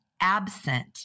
absent